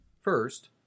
First